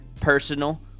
personal